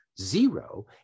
zero